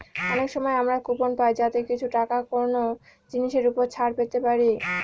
অনেক সময় আমরা কুপন পাই যাতে কিছু টাকা কোনো জিনিসের ওপর ছাড় পেতে পারি